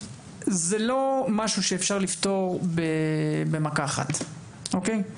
זה לא משהו שאפשר לפתור במכה אחת, אוקיי?